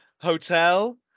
Hotel